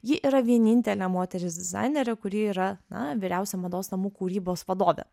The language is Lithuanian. ji yra vienintelė moteris dizainerė kuri yra na vyriausia mados namų kūrybos vadovė